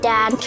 Dad